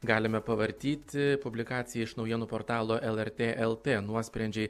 galime pavartyti publikacija iš naujienų portalo lrt lt nuosprendžiai